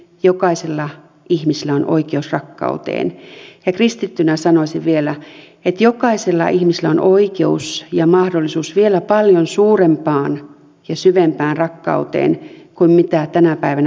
jokaisella ihmisellä on oikeus rakkauteen ja kristittynä sanoisin vielä että jokaisella ihmisellä on oikeus ja mahdollisuus vielä paljon suurempaan ja syvempään rakkauteen kuin mitä tänä päivänä useimmilla on